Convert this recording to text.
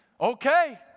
Okay